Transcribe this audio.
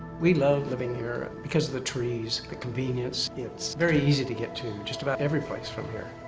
we love living here because of the trees, the convenience. it's very easy to get to just about every place from here.